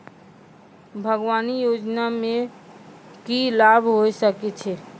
बागवानी योजना मे की लाभ होय सके छै?